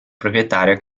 proprietario